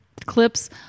clips